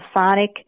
Masonic